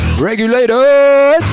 Regulators